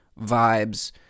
vibes